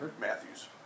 Matthews